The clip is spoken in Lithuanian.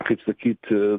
kaip sakyti